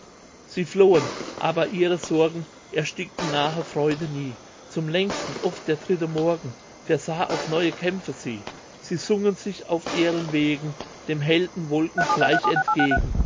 sie flohen aber ihre sorgen erstickten nahe freude nie zum längsten oft der dritte morgen versah auf neue kämpfe sie sie sungen sich auf ehrenwegen dem helden wolkengleich entgegen